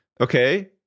okay